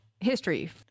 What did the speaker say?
history